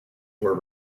were